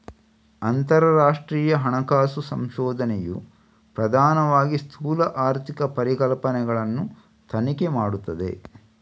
ಅಂತರರಾಷ್ಟ್ರೀಯ ಹಣಕಾಸು ಸಂಶೋಧನೆಯು ಪ್ರಧಾನವಾಗಿ ಸ್ಥೂಲ ಆರ್ಥಿಕ ಪರಿಕಲ್ಪನೆಗಳನ್ನು ತನಿಖೆ ಮಾಡುತ್ತದೆ